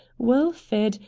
well fed,